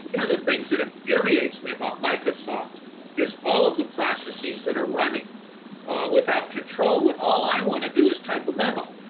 one of the things that infuriates me about microsoft is all of the processes are running without control when all i want to do is type a memo.